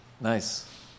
Nice